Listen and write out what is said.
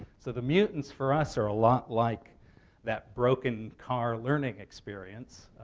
so the mutants for us are a lot like that broken-car learning experience,